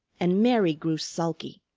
and mary grew sulky.